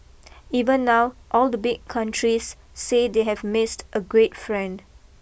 even now all the big countries say they have missed a great friend